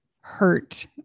hurt